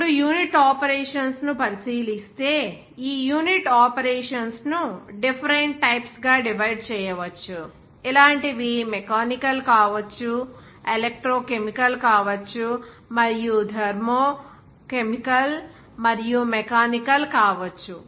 ఇప్పుడు unit operations ని పరిశీలిస్తే ఈ యూనిట్ ఆపరేషన్స్ ను డిఫరెంట్ టైప్స్ గా డివైడ్ చేయవచ్చు ఇలాంటివి మెకానికల్ కావచ్చు ఎలక్ట్రో కెమికల్ కావచ్చు మరియు థర్మో కెమికల్ మరియు మెకానికల్ కావచ్చు